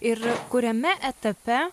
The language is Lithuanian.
ir kuriame etape